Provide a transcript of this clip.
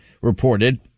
reported